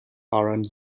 are